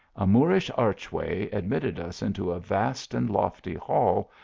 a moorish arch way admitted us into a vast and lofty hall,